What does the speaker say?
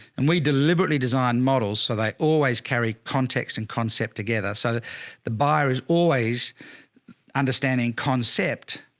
and we deliberately designed models so they always carry context and concept together. so the the buyer is always understanding concept